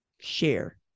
Share